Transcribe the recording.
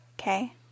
Okay